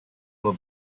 will